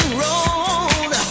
roll